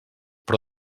però